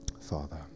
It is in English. Father